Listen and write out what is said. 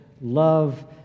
Love